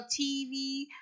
TV